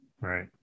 right